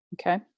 Okay